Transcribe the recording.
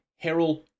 Herald